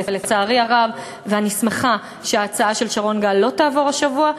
אני שמחה שההצעה של שרון גל לא תעבור השבוע.